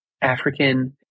African